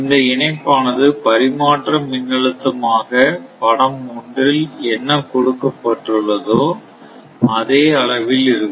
இந்த இணைப்பானது பரிமாற்ற மின்னழுத்தம் ஆக படம் ஒன்றில் என்ன கொடுக்கப்பட்டுள்ளதோ அதே அளவில் இருக்கும்